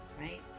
right